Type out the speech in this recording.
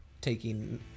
taking